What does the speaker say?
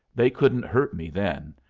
they couldn't hurt me then,